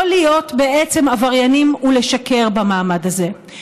או להיות בעצם עבריינים ולשקר במעמד הזה.